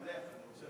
יואל, לך.